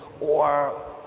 or